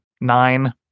Nine